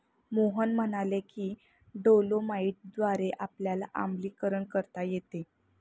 मोहन म्हणाले की डोलोमाईटद्वारे आपल्याला आम्लीकरण करता येते